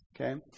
Okay